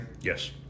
Yes